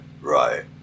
Right